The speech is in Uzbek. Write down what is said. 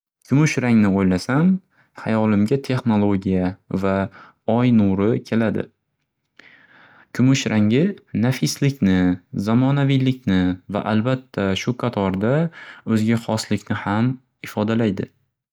Kumush rangni o'ylasam, hayolimga texnologiya va oy nuri keladi, kumush rangi nafislikni, zamonaviylikni va albatta, shu qatorda, oʻziga xoslikni ham ifodalaydi.